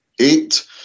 eight